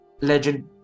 legend